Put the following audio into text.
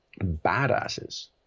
badasses